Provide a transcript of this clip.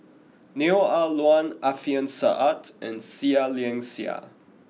Neo Ah Luan Alfian Sa'at and Seah Liang Seah